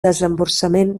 desemborsament